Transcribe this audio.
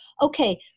okay